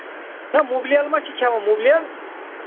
یہِ چھا مُبلیل مہ چھِ کھٮ۪وان مُبلیل